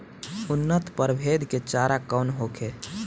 उन्नत प्रभेद के चारा कौन होखे?